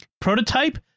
prototype